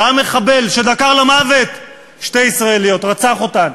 ראה מחבל שדקר למוות שתי ישראליות, רצח אותן,